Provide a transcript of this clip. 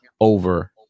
over